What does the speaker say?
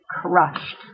crushed